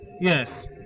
Yes